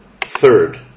third